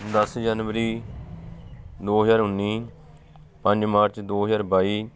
ਦਸ ਜਨਵਰੀ ਦੋ ਹਜ਼ਾਰ ਉੱਨੀ ਪੰਜ ਮਾਰਚ ਦੋ ਹਜ਼ਾਰ ਬਾਈ